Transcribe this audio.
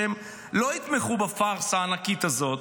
שהם לא יתמכו בפארסה הענקית הזאת